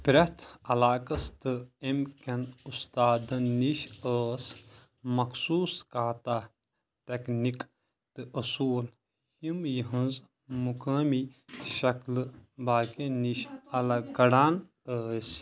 پرٛٮ۪تھ علاقَس تہٕ امہِ کٮ۪ن اُستادن نِش ٲس مخصوٗص کاتا، تکنیک تہٕ اصوٗل، یِم یِہنٛز مقٲمی شكٕلہٕ باقٮ۪ن نِشہِ الگ كڈان ٲسۍ